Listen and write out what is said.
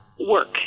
work